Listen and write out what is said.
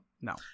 No